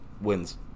wins